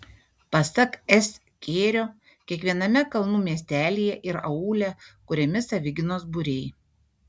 pasak s kėrio kiekviename kalnų miestelyje ir aūle kuriami savigynos būriai